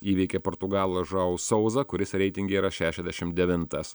įveikė portugalą žau sauzą kuris reitinge yra šešiasdešim devintas